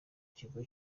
kigo